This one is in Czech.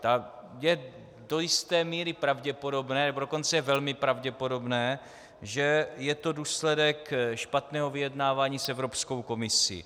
A je do jisté míry pravděpodobné, nebo dokonce velmi pravděpodobné, že je to důsledek špatného vyjednávání s Evropskou komisí.